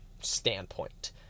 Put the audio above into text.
standpoint